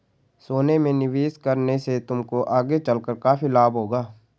सोने में निवेश करने से तुमको आगे चलकर काफी लाभ होगा